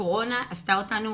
הקורונה עשתה אותנו